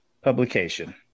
publication